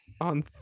on